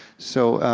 so,